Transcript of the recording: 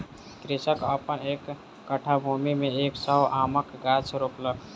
कृषक अपन एक कट्ठा भूमि में एक सौ आमक गाछ रोपलक